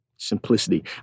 Simplicity